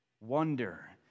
wonder